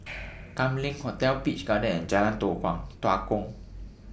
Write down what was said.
Kam Leng Hotel Peach Garden and Jalan Tua Tua Kong